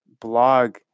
blog